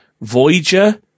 Voyager